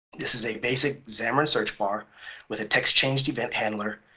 this is a basic xamarin search bar with a text changed event handler,